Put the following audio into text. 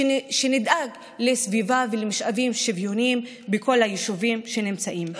שנדאג לסביבה ולמשאבים שוויוניים בכל היישובים שנמצאים.